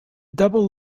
double